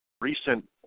recent